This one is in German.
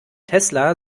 tesla